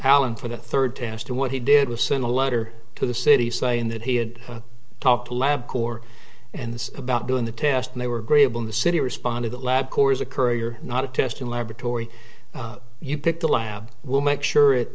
en for the third test and what he did was send a letter to the city saying that he had talked to lab core and about doing the test and they were agreeable in the city responded the lab corps a courier not a testing laboratory you pick the lab will make sure it